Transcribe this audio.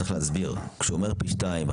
צריך להסביר כשהוא אומר פי שניים.